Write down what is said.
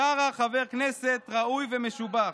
בשארה חבר כנסת ראוי ומשובח.